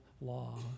law